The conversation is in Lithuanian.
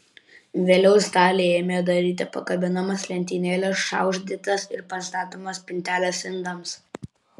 vėliau staliai ėmė daryti pakabinamas lentynėles šaukštdėtes ir pastatomas spinteles indams